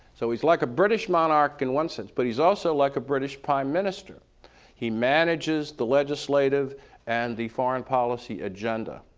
so he's like a british monarch in one sense but he's also like a british prime minister he manages the legislative and the foreign policy agenda.